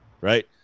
right